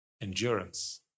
endurance